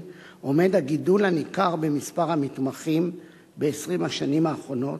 עומד הגידול הניכר במספר המתמחים ב-20 השנים האחרונות,